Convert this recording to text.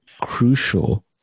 crucial